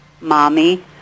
Mommy